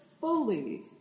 fully